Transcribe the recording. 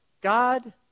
God